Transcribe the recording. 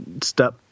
step